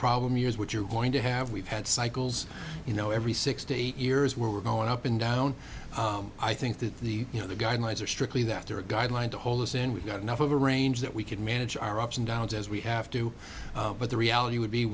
problem years what you're going to have we've had cycles you know every six to eight years where we're going up and down i think that the you know the guidelines are strictly that they're a guideline to hold us and we've got enough of a range that we could manage our ups and downs as we have to but the reality would be